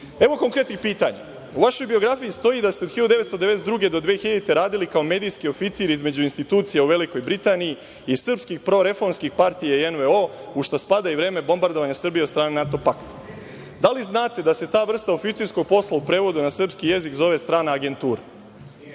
itd. Evo konkretnih pitanja. U vašoj biografiji stoji da ste od 1992. do 2000. godine radili kao medijski oficir između institucija u Velikoj Britaniji, iz srpskih proreformskih partija i NVO, u šta spada i vreme bombardovanja Srbije od strane NATO pakta. Da li znate da se ta vrsta oficirskog posla, u prevodu na srpski jezik, zove strana agentura?